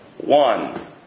One